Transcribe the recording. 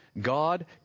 God